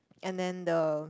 and then the